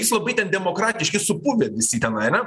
jus labai ten demokratiški supuvę visi tenai ane